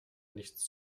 nichts